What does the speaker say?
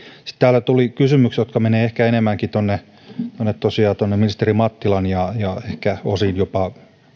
sitten täällä tuli kysymyksiä jotka menevät ehkä enemmänkin tosiaan tuonne ministeri mattilan ja ja ehkä osin jopa